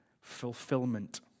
fulfillment